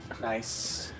Nice